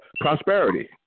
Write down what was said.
prosperity